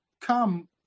come